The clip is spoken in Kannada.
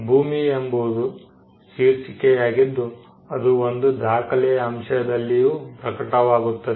ಭೂಮಿ ಎಂಬುದು ಶೀರ್ಷಿಕೆಯಾಗಿದ್ದು ಅದು ಒಂದು ದಾಖಲೆಯ ಅಂಶದಲ್ಲಿಯೂ ಪ್ರಕಟವಾಗುತ್ತದೆ